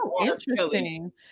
interesting